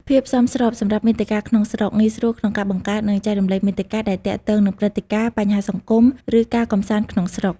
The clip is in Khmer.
ភាពសមស្របសម្រាប់មាតិកាក្នុងស្រុក ងាយស្រួលក្នុងការបង្កើត និងចែករំលែកមាតិកាដែលទាក់ទងនឹងព្រឹត្តិការណ៍ បញ្ហាសង្គម ឬការកម្សាន្តក្នុងស្រុក។